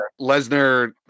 Lesnar